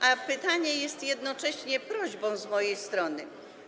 A to pytanie jest jednocześnie prośbą z mojej strony.